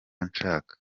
nshaka